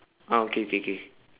ah okay okay okay